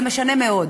זה משנה מאוד.